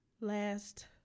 Last